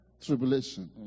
Tribulation